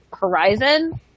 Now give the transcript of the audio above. horizon